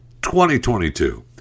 2022